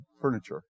furniture